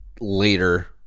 later